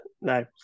No